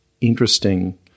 interesting